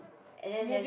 and then there's